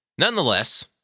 Nonetheless